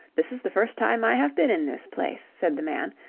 this is the first time i have been in this place, said the man,